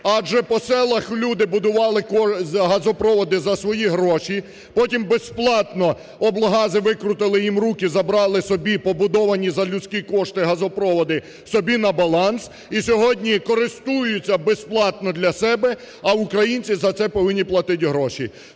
Адже по селах люди будували газопроводи за свої гроші, потім безплатно облгази викрутили їм руки, забрали собі побудовані за людські кошти газопроводи, собі на баланс, і сьогодні користуються безплатно для себе, а українці за це повинні платить гроші.